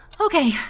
Okay